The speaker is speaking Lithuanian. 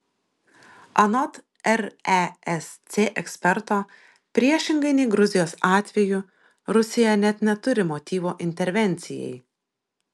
anot resc eksperto priešingai nei gruzijos atveju rusija net neturi motyvo intervencijai